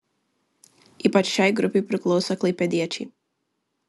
ypač šiai grupei priklauso klaipėdiečiai